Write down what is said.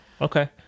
okay